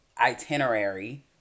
itinerary